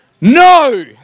No